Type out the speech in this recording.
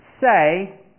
say